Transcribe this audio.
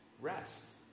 rest